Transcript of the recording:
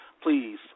please